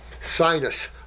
Sinus